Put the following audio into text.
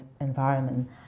environment